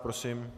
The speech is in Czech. Prosím.